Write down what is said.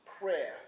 prayer